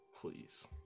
please